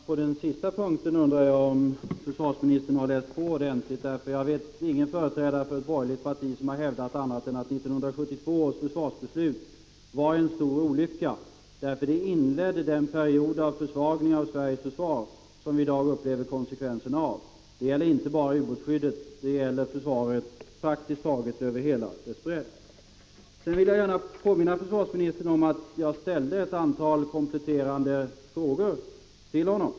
Herr talman! Vad gäller den sista punkten undrar jag om försvarsministern har läst på ordentligt. Jag känner inte till att någon företrädare för ett borgerligt parti har hävdat annat än att 1972 års försvarsbeslut var en stor olycka, därför att det inledde den period av försvagning av Sveriges försvar som vi i dag upplever konsekvenserna av. Det gäller inte bara ubåtsskyddet utan det gäller försvaret i praktiskt taget hela dess bredd. Jag vill gärna påminna försvarsministern om att jag ställde ett antal kompletterande frågor till honom.